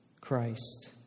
Christ